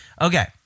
Okay